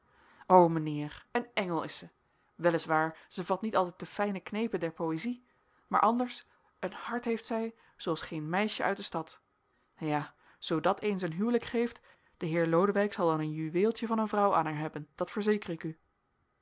o mijnheer een engel is zij wel is waar zij vat niet altijd de fijne knepen der poëzie maar anders een hart heeft zij zooals geen meisje uit de stad ja zoo dat eens een huwelijk geeft de heer lodewijk zal dan een juweeltje van een vrouw aan haar hebben dat verzeker ik u